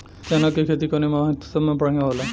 चना के खेती कउना मौसम मे बढ़ियां होला?